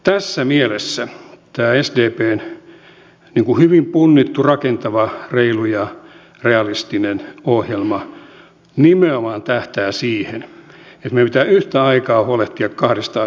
tässä mielessä tämä sdpn hyvin punnittu rakentava reilu ja realistinen ohjelma nimenomaan tähtää siihen että meidän pitää yhtä aikaa huolehtia kahdesta asiasta